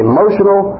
Emotional